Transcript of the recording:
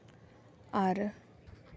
ᱟᱨ